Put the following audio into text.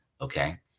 Okay